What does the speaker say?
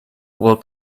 will